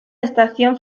estación